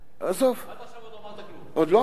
עד עכשיו לא אמרת כלום.